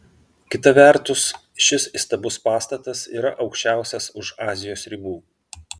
kita vertus šis įstabus pastatas yra aukščiausias už azijos ribų